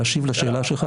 להשיב לשאלה שלך.